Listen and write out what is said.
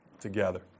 together